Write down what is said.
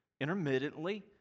intermittently